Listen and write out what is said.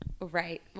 Right